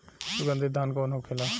सुगन्धित धान कौन होखेला?